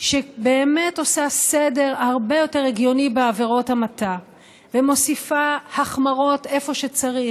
עושה סדר הרבה יותר הגיוני בעבירות המתה ומוסיפה החמרות איפה שצריך,